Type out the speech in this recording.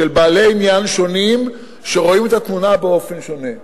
של בעלי עניין שונים שרואים את התמונה באופן שונה,